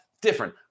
different